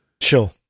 Sure